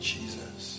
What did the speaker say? Jesus